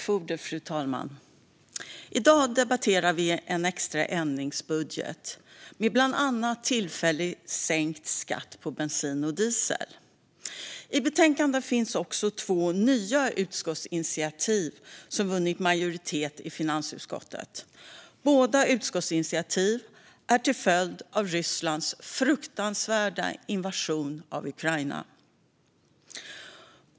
Fru talman! I dag debatterar vi en extra ändringsbudget med förslag på bland annat tillfälligt sänkt skatt på bensin och diesel. I betänkandet finns också två nya utskottsinitiativ som har vunnit majoritet i finansutskottet. Båda är en följd av Rysslands fruktansvärda invasion av Ukraina.